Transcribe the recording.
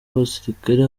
abasirikare